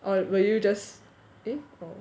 or will you just eh oh